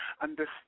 Understand